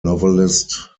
novelist